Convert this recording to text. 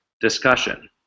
discussion